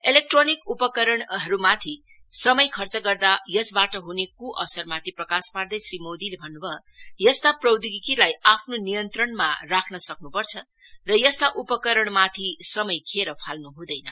electronic उपकरणहरुमाथि समय खर्च गर्दा यसबाट हुने कुअसरमाथि प्रकाश पार्दै श्री मोदीले भन्नु भयो यस्ता प्रौधोगिकीलाई आफ्नो नियात्रणमा राख्न सक्नुपर्छ र यस्ता उपकरणमाथि समय खेर फाल्न हुँदैन